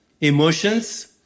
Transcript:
emotions